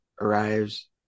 arrives